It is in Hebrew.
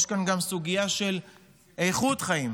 יש כאן גם סוגיה של איכות חיים.